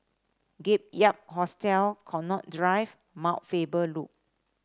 Gap Year Hostel Connaught Drive Mount Faber Loop